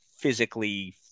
physically